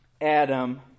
Adam